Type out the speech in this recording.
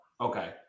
Okay